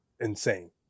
insane